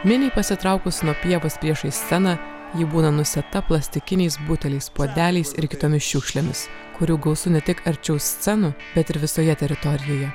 miniai pasitraukus nuo pievos priešais sceną ji būna nusėta plastikiniais buteliais puodeliais ir kitomis šiukšlėmis kurių gausu ne tik arčiau scenų bet ir visoje teritorijoje